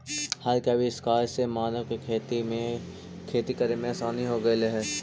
हर के आविष्कार से मानव के खेती करे में आसानी हो गेलई